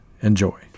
enjoy